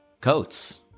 coats